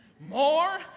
More